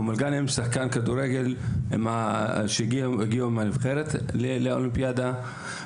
שחקן כדורגל שהגיע מהנבחרת לאולימפיאדה,